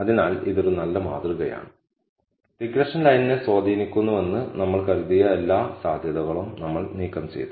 അതിനാൽ ഇതൊരു നല്ല മാതൃകയാണ് റിഗ്രഷൻ ലൈനിനെ സ്വാധീനിക്കുന്നുവെന്ന് നമ്മൾ കരുതിയ എല്ലാ സാധ്യതകളും നമ്മൾ നീക്കംചെയ്തു